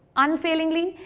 unfailingly,